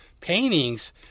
paintings